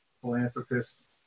philanthropist